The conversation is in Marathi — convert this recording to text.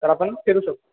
तर आपण फिरू शकतो